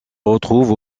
retrouve